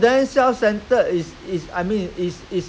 they try to learn from last time old time